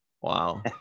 Wow